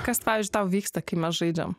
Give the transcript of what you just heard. kas pavyzdžiui tau vyksta kai mes žaidžiam